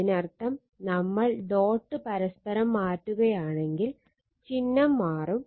അതിനർത്ഥം നമ്മൾ ഡോട്ട് പരസ്പരം മാറ്റുകയാണെങ്കിൽ ചിഹ്നം മാറും